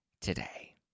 today